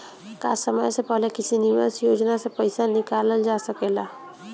का समय से पहले किसी निवेश योजना से र्पइसा निकालल जा सकेला?